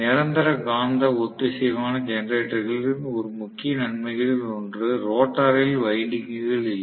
நிரந்தர காந்த ஒத்திசைவான ஜெனரேட்டர்களின் ஒரு முக்கிய நன்மைகளில் ஒன்று ரோட்டரில் வைண்டிங்க்குகள் இல்லை